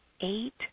eight